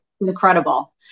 incredible